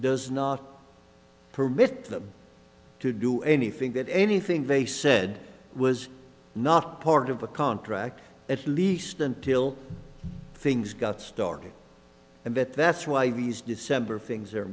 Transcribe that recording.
does not permit them to do anything that anything they said was not part of a contract at least until things got started and that that's why these december fings are